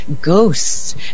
ghosts